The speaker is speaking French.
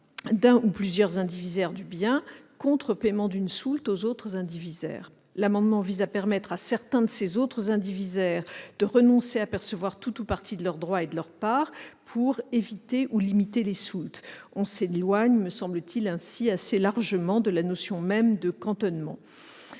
d'un ou de plusieurs indivisaires du bien contre paiement d'une soulte aux autres indivisaires. L'amendement vise à permettre à certains de ces autres indivisaires de renoncer à percevoir tout ou partie de leurs droits et de leurs parts pour éviter ou limiter les soultes. On s'éloigne ainsi, me semble-t-il, assez largement de la notion même de cantonnement.